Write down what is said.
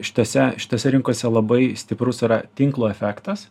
šitose šitose rinkose labai stiprus yra tinklo efektas